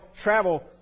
travel